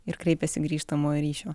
ir kreipiasi grįžtamojo ryšio